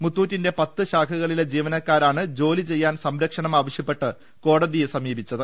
മുത്തൂ റ്റിന്റെ പത്ത് ശാഖകളിലെ ജീവനക്കാരാണ് ജോലി ചെയ്യാൻ സംര ക്ഷണം ആവശ്യപ്പെട്ട് കോടതിയെ സമീപിച്ചത്